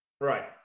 right